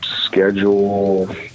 schedule